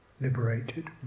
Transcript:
liberated